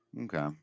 Okay